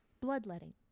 Bloodletting